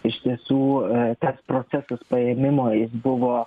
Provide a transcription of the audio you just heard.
iš tiesų tas procesas paėmimui buvo